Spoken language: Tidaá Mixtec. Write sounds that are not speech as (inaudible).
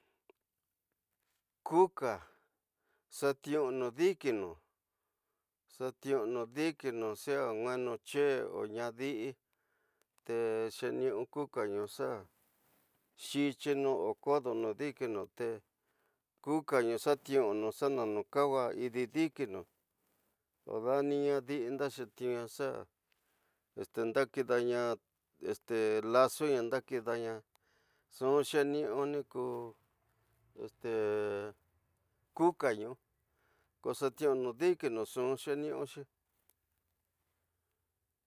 Kuku, xa ti ñu ñu dikinu sea ñuwenutiyés o ndade, te xetiwinu kukanu xa xitiñu o kodoni dikinu te kukanu xa ñu ñu ña ña nukawa ñid dikinu dani nadi ñu ña xetiru xa ñida kidani (hesitation) lasondakidanu ñxu xetisu ñiki (hesitation) kukanu ko xa ti ñu ñu dibinu ñxu xeni'xi.